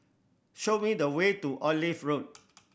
show me the way to Olive Road